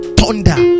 thunder